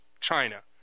China